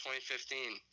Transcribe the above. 2015